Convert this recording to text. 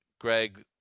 Greg